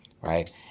right